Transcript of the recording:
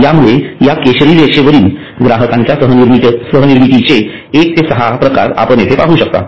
त्यामुळे या केशरी रेषेवरील ग्राहकाच्या सहनिर्मितेचे एक ते सहा प्रकार आपण येथे पाहू शकता